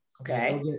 Okay